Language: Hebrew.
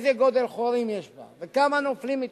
איזה גודל חורים יש בה וכמה נופלים מתוכה.